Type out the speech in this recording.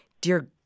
dear